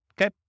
okay